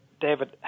David